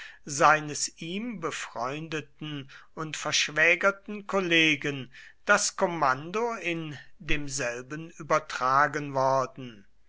seines ihm befreundeten und verschwägerten kollegen das kommando in demselben übertragen worden